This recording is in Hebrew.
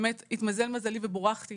באמת, התמזל מזלי ובורכתי